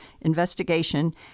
investigation